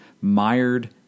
mired